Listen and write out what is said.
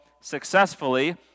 successfully